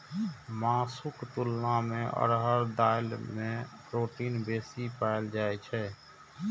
मासुक तुलना मे अरहर दालि मे प्रोटीन बेसी पाएल जाइ छै